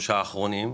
שלושה האחרונים.